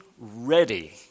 ready